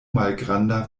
malgranda